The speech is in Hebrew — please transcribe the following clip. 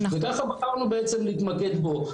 וככה בחרנו בעצם להתמקד בו.